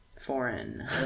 Foreign